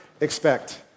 expect